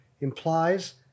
implies